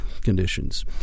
conditions